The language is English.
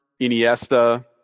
Iniesta